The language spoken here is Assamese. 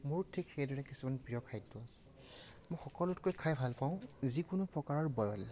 মোৰো ঠিক সেইদৰে কিছুমান প্ৰিয় খাদ্য আছে মই সকলোতকৈ খাই ভাল পাওঁ যিকোনো প্ৰকাৰৰ বইল